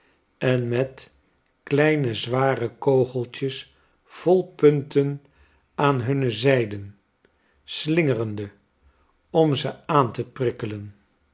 en met kleine zware kogeltjes vol punten aan hunne zijden slingerende om ze aan te prikkelen